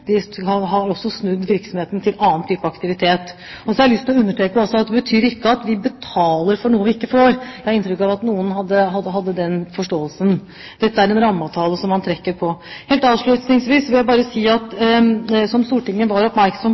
de har også snudd virksomheten til annen type aktivitet. Så vil jeg understreke at det betyr ikke at vi betaler for noe vi ikke får. Jeg har inntrykk av at noen hadde en slik forståelse. Dette er en rammeavtale som man trekker på. Helt avslutningsvis vil jeg bare si at som Stortinget var oppmerksom